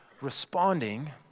responding